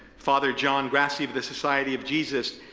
father john grassi of the society of jesus,